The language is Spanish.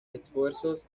esfuerzos